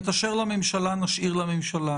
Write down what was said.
את אשר לממשלה נשאיר לממשלה.